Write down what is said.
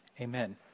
Amen